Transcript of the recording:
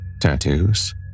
Tattoos